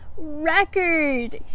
record